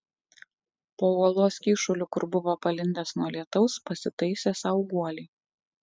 po uolos kyšuliu kur buvo palindęs nuo lietaus pasitaisė sau guolį